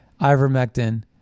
ivermectin